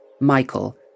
Michael